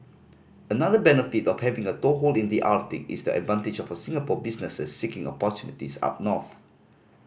another benefit of having a toehold in the Arctic is the advantage for Singapore businesses seeking opportunities up north